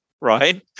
right